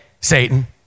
Satan